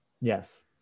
Yes